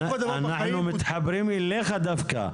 אנחנו דווקא מתחברים אליך,